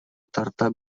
тарта